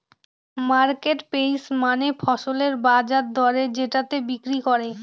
market price মানে ফসলের বাজার দরে যেটাতে বিক্রি করে